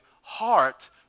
heart